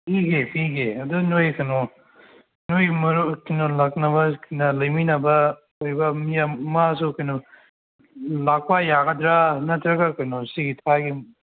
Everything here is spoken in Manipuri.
ꯄꯤꯒꯦ ꯄꯤꯒꯦ ꯑꯗꯨ ꯅꯣꯏ ꯀꯩꯅꯣ ꯅꯣꯏ ꯃꯔꯨꯞ ꯀꯩꯅꯣ ꯂꯥꯛꯅꯕ ꯀꯅꯥ ꯂꯩꯃꯤꯟꯅꯕ ꯑꯣꯏꯕ ꯃꯥꯁꯨ ꯀꯩꯅꯣ ꯂꯥꯛꯄ ꯌꯥꯒꯗ꯭ꯔ ꯅꯠꯇꯔꯒ ꯀꯩꯅꯣ ꯁꯤ ꯃꯥꯒꯤ